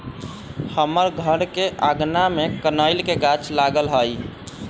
हमर घर के आगना में कनइल के गाछ लागल हइ